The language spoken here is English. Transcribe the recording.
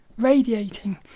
Radiating